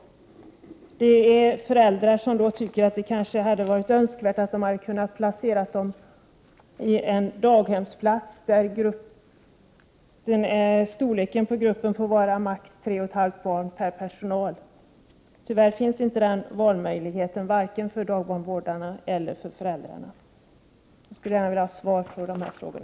För en del föräldrar hade det kanske varit önskvärt att få sina barn placerade i daghem, där storleken på gruppen skall vara sådan att det blir maximalt 3,5 barn per anställd. Tyvärr finns inte den valmöjligheten, varken 9” för dagbarnvårdare eller för föräldrar. Jag skulle gärna vilja ha besked i dessa frågor.